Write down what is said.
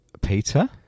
Peter